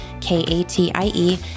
K-A-T-I-E